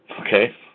okay